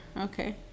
Okay